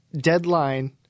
deadline